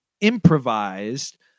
improvised